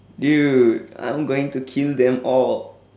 dude I am going to kill them all